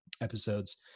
episodes